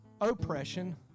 oppression